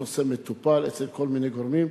הנושא מטופל אצל כל מיני גורמים,